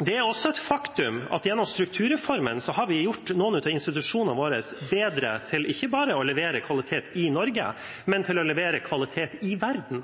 Det er også et faktum at gjennom strukturreformen har vi gjort noen av institusjonene våre bedre til ikke bare å levere kvalitet i Norge, men til å levere kvalitet i verden.